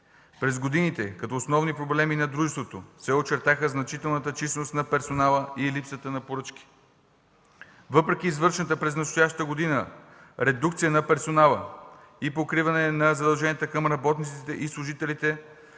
През годините като основни проблеми на дружеството се очертаха значителната численост на персонала и липсата на поръчки. Въпреки извършената през настоящата година редукция на персонала и покриване на задълженията към работниците и служителите